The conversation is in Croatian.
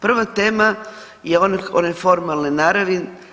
Prva tema je ona formalne naravi.